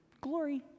glory